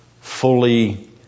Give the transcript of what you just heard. Fully